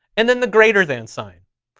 and then the greater than sign.